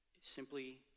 simply